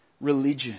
religion